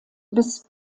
bis